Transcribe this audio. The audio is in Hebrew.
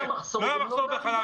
לא היה מחסור בחלב.